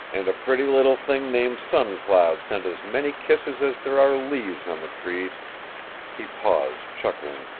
and a pretty little thing named sun cloud sent as many kisses as there are leaves on the trees he paused, chuckling,